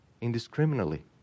indiscriminately